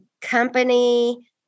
company